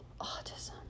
autism